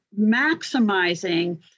maximizing